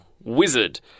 wizard